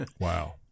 Wow